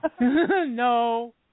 No